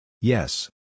Yes